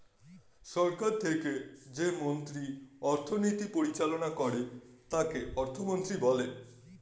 সরকার থেকে যে মন্ত্রী অর্থনীতি পরিচালনা করে তাকে অর্থমন্ত্রী বলে